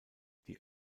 die